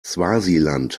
swasiland